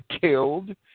killed